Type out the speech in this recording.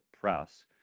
press